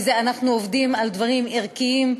כי אנחנו עובדים על דברים ערכיים,